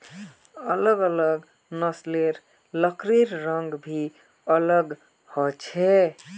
अलग अलग नस्लेर लकड़िर रंग भी अलग ह छे